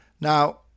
Now